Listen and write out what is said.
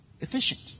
Efficient